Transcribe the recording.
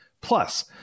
Plus